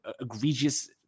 egregious